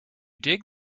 dig